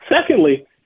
Secondly